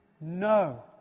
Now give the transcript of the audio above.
no